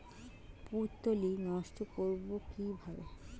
পুত্তলি নষ্ট করব কিভাবে?